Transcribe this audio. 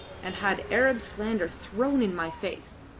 and had arab slander thrown in my face.